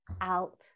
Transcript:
out